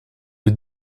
est